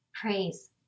Praise